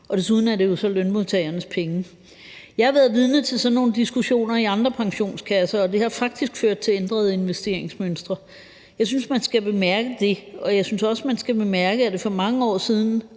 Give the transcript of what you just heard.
og desuden er det jo lønmodtagernes penge. Jeg har været vidne til sådan nogle diskussioner i andre pensionskasser, og det har faktisk ført til ændrede investeringsmønstre. Jeg synes, man skal bemærke det, og jeg synes også, man skal bemærke, at man for mange år siden